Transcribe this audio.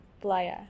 Playa